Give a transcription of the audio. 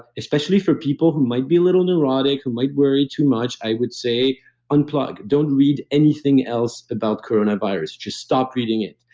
especially for people who might be a little neurotic, who might worry too much, i would say unplug. don't read anything else about coronavirus. just stop reading it.